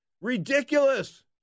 ridiculous